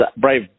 Brave